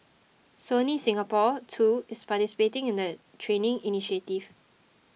Sony Singapore too is participating in the training initiative